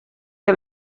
que